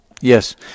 Yes